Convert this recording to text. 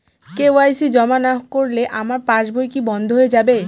KYC জমা না করলে আমার পাসবই কি বন্ধ হয়ে যাবে?